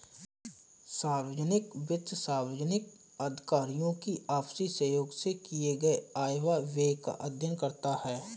सार्वजनिक वित्त सार्वजनिक अधिकारियों की आपसी सहयोग से किए गये आय व व्यय का अध्ययन करता है